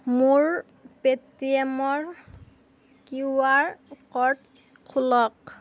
মোৰ পে'টিএমৰ Q R code খোলক